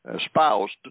espoused